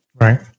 Right